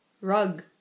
Rug